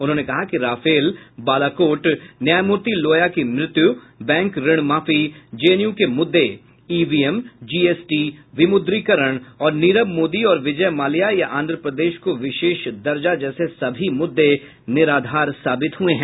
उन्होंने कहा कि राफेल बालाकोट न्यायमूर्ति लोया की मृत्यु बैंक ऋण माफी जेएनयू के मुद्दे ईवीएम जीएसटी विमुद्रीकरण और नीरव मोदी और विजय माल्या या आंध्र प्रदेश को विशेष दर्जा जैसे सभी मुद्दे निराधार साबित हुए हैं